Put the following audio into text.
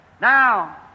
Now